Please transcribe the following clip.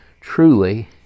Truly